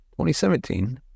2017